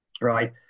right